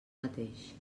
mateix